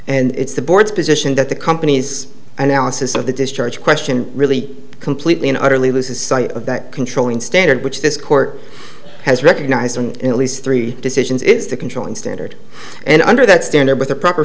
and it's the board's position that the company's analysis of the discharge question really completely and utterly loses sight of that controlling standard which this court has recognized in at least three decisions it's the controlling standard and under that standard with a proper